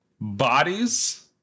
bodies